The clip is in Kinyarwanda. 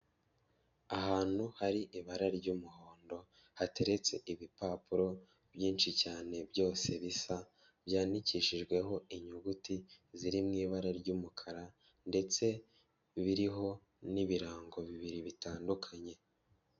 Ahantu hari ibara ry'umuhondo hateretse ibipapuro byinshi cyane byose bisa byandikishijweho inyuguti ziriw'ibara ry'umukara ndetse biriho n'ibirango bibiri bitandukanye.